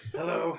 Hello